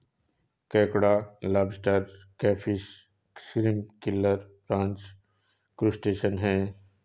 केकड़ा lobster crayfish shrimp krill prawns crustacean है